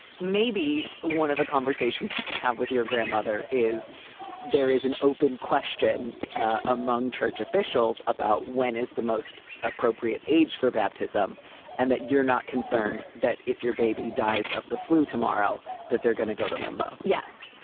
maybe one of the conversations you can have with your grandmother is there is an open question among church officials about when is the most appropriate age for baptism and that you're not concerned that if your baby dies of the flu tomorrow, that they're going to go to limbo? yes,